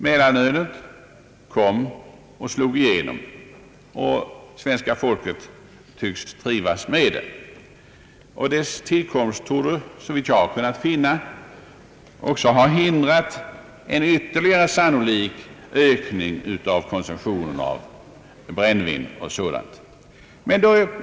Mellanölet kom och slog igenom, och svenska folket tycks trivas med det. Mellanölets tillkomst torde, såvitt jag har kunnat finna, också ha hindrat en sannolik ytterligare ökning av konsumtionen av brännvin och sådant.